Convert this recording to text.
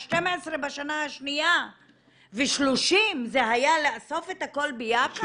12 בשנה השנייה ו-30 זה היה לאסוף את הכל ביחד?